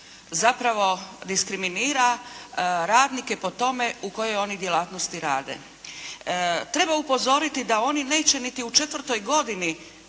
zapravo diskriminira radnike po tome u kojoj oni djelatnosti rade. Treba upozoriti da oni neće niti u četvrtoj godini